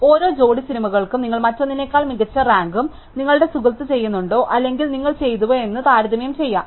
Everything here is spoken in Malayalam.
അതിനാൽ ഓരോ ജോഡി സിനിമകൾക്കും നിങ്ങൾ മറ്റൊന്നിനേക്കാൾ മികച്ച റാങ്കും നിങ്ങളുടെ സുഹൃത്തും ചെയ്യുന്നുണ്ടോ അല്ലെങ്കിൽ നിങ്ങൾ ചെയ്തുവോ എന്ന് നിങ്ങൾക്ക് താരതമ്യം ചെയ്യാം